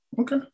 okay